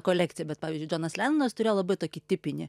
kolekciją bet pavyzdžiui džonas lenonas turėjo labai tokį tipinį